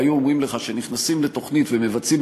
והיו אומרים לך שנכנסים לתוכנית ומבצעים